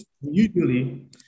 Usually